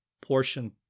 portion